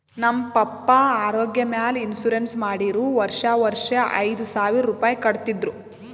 ನಮ್ ಪಪ್ಪಾ ಆರೋಗ್ಯ ಮ್ಯಾಲ ಇನ್ಸೂರೆನ್ಸ್ ಮಾಡಿರು ವರ್ಷಾ ವರ್ಷಾ ಐಯ್ದ ಸಾವಿರ್ ರುಪಾಯಿ ಕಟ್ಟತಿದ್ರು